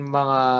mga